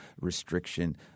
restriction –